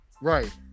right